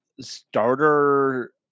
starter